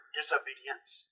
disobedience